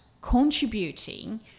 contributing